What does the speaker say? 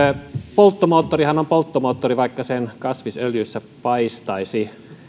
polttomoottorihan on polttomoottori vaikka sen kasvisöljyssä paistaisi